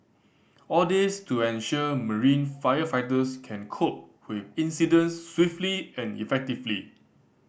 all this to ensure marine firefighters can cope with incidents swiftly and effectively